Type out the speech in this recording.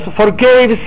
forgave